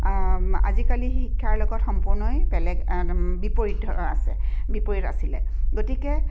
আজিকালি শিক্ষাৰ লগত সম্পূৰ্ণই বেলেগ বিপৰীত ধৰণৰ আছে বিপৰীত আছিলে গতিকে